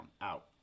out